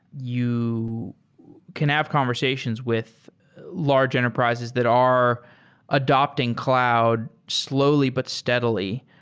you can have conversations with large enterprises that are adopting cloud slowly, but steadily.